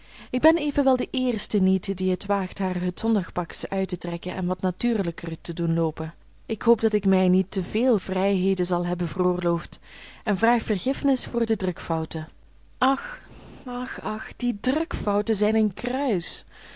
ik ben evenwel de eerste niet die het waagt haar het zondagspak uit te trekken en wat natuurlijker te doen loopen ik hoop dat ik mij niet te véél vrijheden zal hebben veroorloofd en vraag vergiffenis voor de drukfouten ach ach ach die drukfouten zijn een kruis